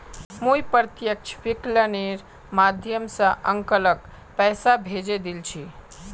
मुई प्रत्यक्ष विकलनेर माध्यम स अंकलक पैसा भेजे दिल छि